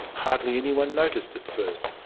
hardly anyone noticed at first.